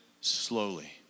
slowly